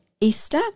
Easter